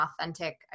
authentic